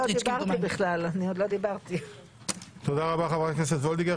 תודה רבה, חברת הכנסת וולדיגר.